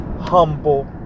humble